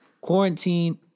quarantine